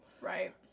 right